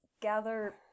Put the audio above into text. Gather